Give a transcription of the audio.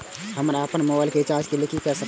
हम अपन मोबाइल के रिचार्ज के कई सकाब?